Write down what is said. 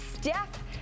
Steph